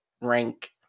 rank